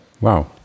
Wow